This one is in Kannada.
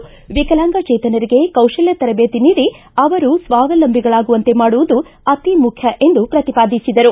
ವಿಕಲಾಂಗಚೇತನರಿಗೆ ಕೌಶಲ್ಯ ತರಬೇತಿ ನೀಡಿ ಅವರು ಸ್ವಾವಲಂಬಿಗಳಾಗುವಂತೆ ಮಾಡುವುದು ಅತೀ ಮುಖ್ಯ ಎಂದು ಪ್ರತಿಪಾದಿಸಿದರು